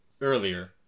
earlier